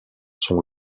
sont